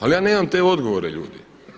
Ali ja nemam te odgovore ljudi.